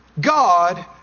God